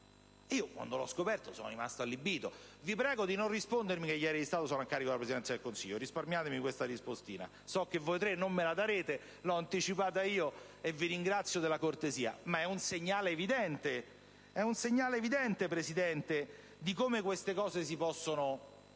Io, quando l'ho scoperto, sono rimasto allibito. Vi prego di non rispondermi che gli aerei di Stato sono a carico della Presidenza del Consiglio. Risparmiatemi questa rispostina. So che voi tre non me la darete: l'ho anticipata io, e vi ringrazio della cortesia. Ma è un segnale evidente, Presidente, di certe situazioni.